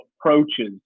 approaches